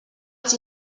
als